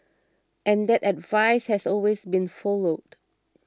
and that advice has always been followed